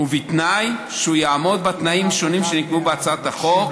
בתנאי שהוא יעמוד בתנאים שונים שנקבעו בהצעת החוק.